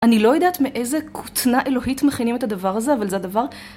אני לא יודעת מאיזה קוטנה אלוהית מכינים את הדבר הזה, אבל זה הדבר.